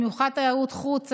במיוחד תיירות חוץ,